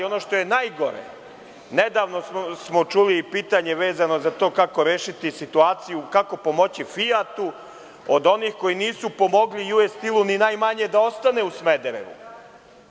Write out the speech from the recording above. Ono što je najgore, nedavno smo čuli i pitanje vezano za to kako rešiti situaciju, kako pomoći „Fijatu“, od onih koji nisu pomogli „US Stil“ ni najmanje da ostane u Smederevu.